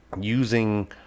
using